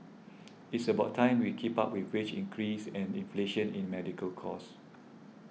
it's about time we keep up with wage increase and inflation in medical cost